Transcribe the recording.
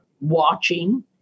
watching